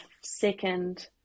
second